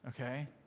okay